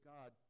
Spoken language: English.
God